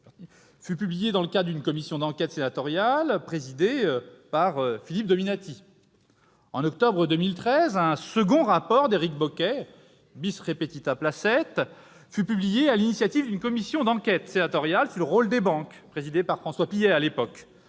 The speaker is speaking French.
fut publié dans le cadre d'une commission d'enquête sénatoriale présidée par Philippe Dominati. En octobre 2013, un second rapport d'Éric Bocquet, ... Tout aussi excellent !......... fut publié à l'initiative d'une commission d'enquête sénatoriale sur le rôle des banques, présidée par François Pillet. Il faut